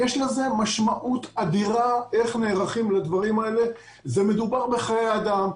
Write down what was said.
יש לזה משמעות אדירה איך נערכים לדברים האלה ומדובר בחיי אדם.